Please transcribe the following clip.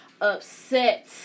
upset